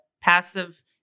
passive